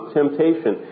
temptation